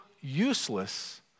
useless